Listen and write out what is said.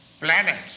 planets